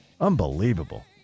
Unbelievable